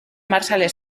marshall